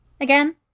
Again